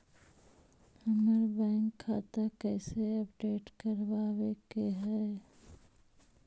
हमर बैंक खाता कैसे अपडेट करबाबे के है?